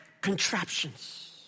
contraptions